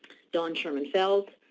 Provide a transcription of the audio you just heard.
dawn sherman felds,